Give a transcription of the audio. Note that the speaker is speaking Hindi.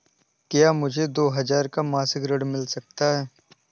क्या मुझे दो हजार रूपए का मासिक ऋण मिल सकता है?